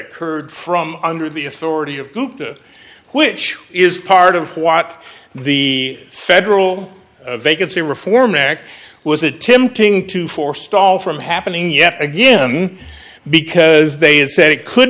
occurred from under the authority of coop which is part of what the federal vacancy reform act was attempting to forestall from happening yet again because they said it could